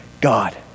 God